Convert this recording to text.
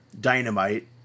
Dynamite